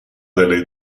delle